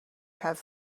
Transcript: have